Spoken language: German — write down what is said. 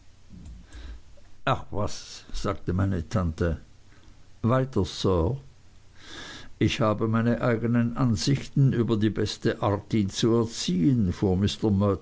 ach was sagte meine tante weiter sir ich habe meine eignen ansichten über die beste art ihn zu erziehen fuhr